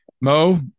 Mo